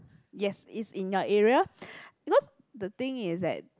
yes is in your area because the thing is that